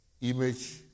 Image